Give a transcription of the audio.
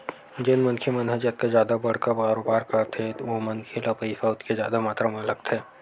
जउन मनखे मन ह जतका जादा बड़का कारोबार करथे ओ मनखे ल पइसा ओतके जादा मातरा म लगथे